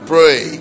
Pray